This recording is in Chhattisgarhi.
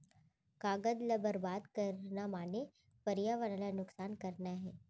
कागद ल बरबाद करना माने परयावरन ल नुकसान करना हे